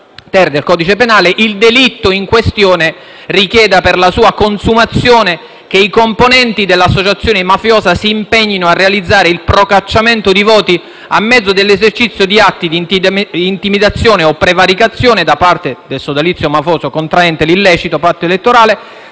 il delitto in questione richieda, per la sua consumazione, che i componenti dell'associazione mafiosa si impegnino a realizzare il procacciamento di voti a mezzo dell'esercizio di atti di intimidazione o prevaricazione da parte del sodalizio mafioso contraente l'illecito patto elettorale,